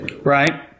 Right